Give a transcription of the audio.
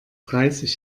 dreißig